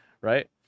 right